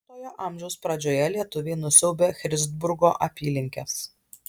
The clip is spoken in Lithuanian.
šešioliktojo amžiaus pradžioje lietuviai nusiaubė christburgo apylinkes